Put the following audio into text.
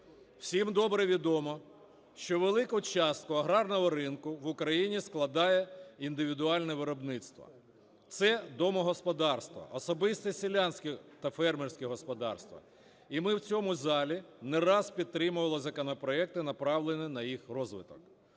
Всім добре відомо, що велику частку агарного ринку в Україні складає індивідуальне виробництво - це домогосподарства, особисті селянські та фермерські господарства. І ми в цьому залі не раз підтримувати законопроекти, направлені на їх розвиток.